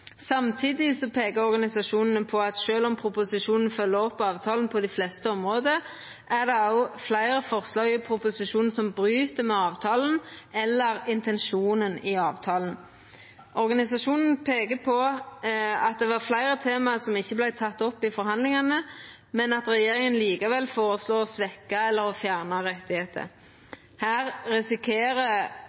på at sjølv om proposisjonen følgjer opp avtalen på dei fleste område, er det òg fleire forslag i proposisjonen som bryt med avtalen eller intensjonen i avtalen. Organisasjonane peiker på at det var fleire tema som ikkje vart tekne opp i forhandlingane, men at regjeringa likevel føreslår å svekkja eller å fjerna rettar. Her